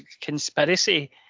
conspiracy